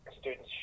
students